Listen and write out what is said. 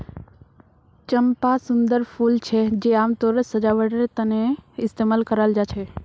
चंपा सुंदर फूल छे जे आमतौरत सजावटेर तने इस्तेमाल कराल जा छे